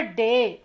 day